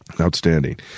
Outstanding